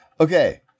Okay